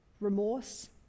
remorse